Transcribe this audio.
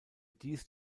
dies